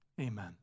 Amen